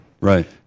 Right